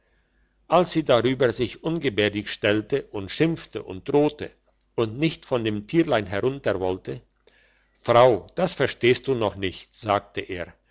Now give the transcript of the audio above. als sie darüber sich ungebärdig stellte und schimpfte und drohte und nicht von dem tierlein herunter wollte frau das verstehst du noch nicht sagte er